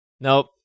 Nope